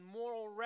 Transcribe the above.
moral